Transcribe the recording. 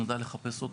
שנדע לחפש אותו.